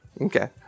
okay